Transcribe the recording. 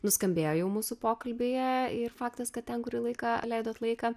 nuskambėjo jau mūsų pokalbyje ir faktas kad ten kurį laiką leidot laiką